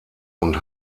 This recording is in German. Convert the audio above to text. und